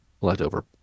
leftover